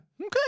Okay